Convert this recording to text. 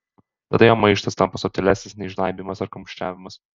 tada jo maištas tampa subtilesnis nei žnaibymas ar kumščiavimas